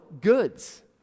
goods